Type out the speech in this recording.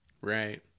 Right